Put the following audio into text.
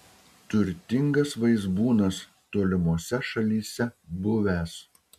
turtingas vaizbūnas tolimose šalyse buvęs